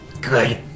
Good